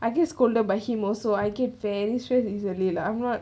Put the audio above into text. I just scolded by him also I get very stress easily lah